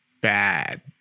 bad